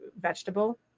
vegetable